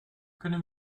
kunnen